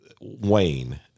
Wayne